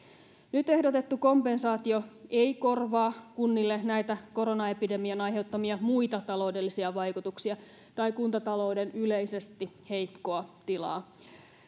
nyt ehdotettu kompensaatio ei korvaa kunnille näitä koronaepidemian aiheuttamia muita taloudellisia vaikutuksia tai kuntatalouden yleisesti heikkoa tilaa